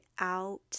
out